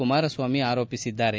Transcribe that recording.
ಕುಮಾರಸ್ವಾಮಿ ಆರೋಪಿಸಿದ್ದಾರೆ